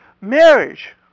marriage